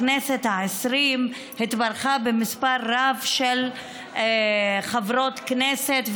הכנסת העשרים התברכה במספר רב של חברות כנסת,